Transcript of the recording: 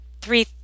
three